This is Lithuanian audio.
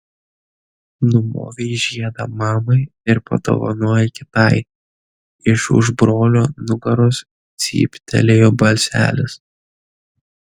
numovei žiedą mamai ir padovanojai kitai iš už brolio nugaros cyptelėjo balselis